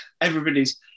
everybody's